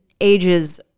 ages